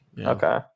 Okay